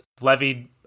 levied